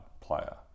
player